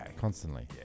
Constantly